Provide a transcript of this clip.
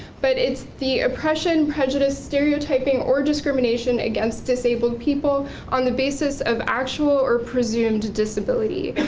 but it's the oppression, prejudice, stereotyping, or discrimination against disabled people on the basis of actual or presumed disability.